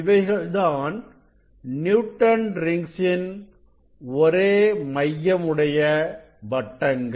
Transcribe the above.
இவைகள்தான் Newton rings ன் ஒரே மையம் உடைய வட்டங்கள்